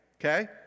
Okay